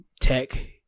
tech